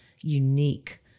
unique